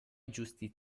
giustiziati